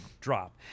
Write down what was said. drop